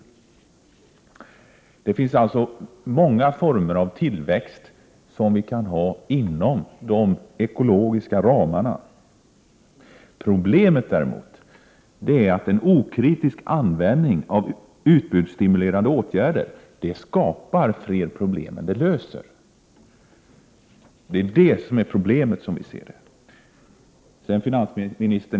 Det finns alltså många former av tillväxt som är möjliga inom de ekologiska ramarna. Däremot skapar en okritisk användning av utbudsstimulerande åtgärder fler problem än den löser. Det är detta som är problemet, som vi ser det. Så till finansministern.